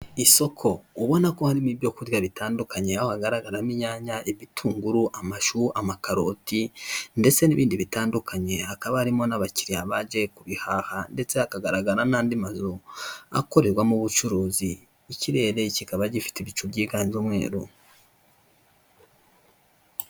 Isoko ubona ko harimo ibyo kurya bitandukanye, aho hagaragaramo inyanya ibitunguru, amashu, amakaroti ndetse n'ibindi bitandukanye, hakaba harimo n'abakiriya bagiye kubihaha ndetse hagaragara n'andi mazu akorerwamo ubucuruzi, ikirere kikaba gifite ibicu byiganje umweru.